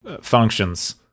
functions